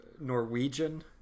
Norwegian